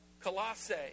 colossae